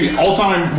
all-time